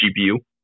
GPU